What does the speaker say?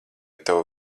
tev